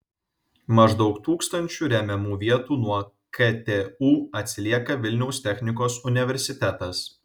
maždaug tūkstančiu remiamų vietų nuo ktu atsilieka vilniaus technikos universitetas